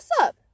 up